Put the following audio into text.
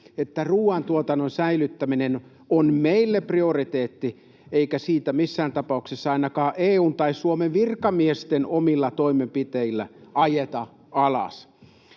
että ruoantuotannon säilyttäminen on meille prioriteetti eikä sitä missään tapauksessa ainakaan EU:n tai Suomen virkamiesten omilla toimenpiteillä ajeta alas.